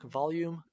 volume